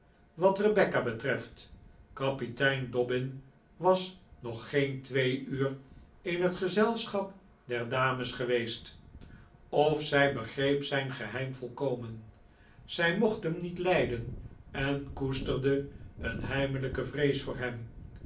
wat rebecca betreft kapitein dobbin was nog geen twee uur in het gezelschap der dames geweest of zij begreep zijn geheim volkomen zij mocht hem niet lijden en koesterde een heimelijke vrees voor hem